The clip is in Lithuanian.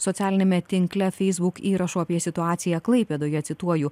socialiniame tinkle feisbuk įrašų apie situaciją klaipėdoje cituoju